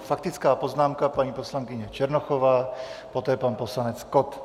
Faktická poznámka paní poslankyně Černochová, poté pan poslanec Kott.